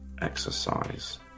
exercise